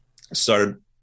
started